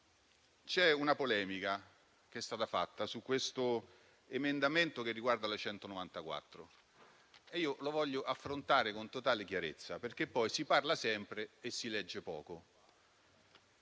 C'è una polemica che è stata fatta sull'emendamento che riguarda la legge n. 194 e io la voglio affrontare con totale chiarezza, perché poi si parla sempre e si legge poco.